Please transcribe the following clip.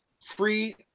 Free